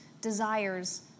desires